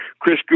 Chris